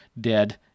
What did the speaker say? dead